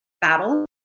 battle